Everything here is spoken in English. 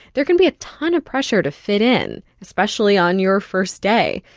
there can be a ton of pressure to fit in, especially on your first day.